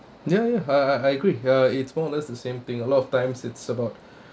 ya ya I I agree ya it's more or less the same thing lah a lot of times it's about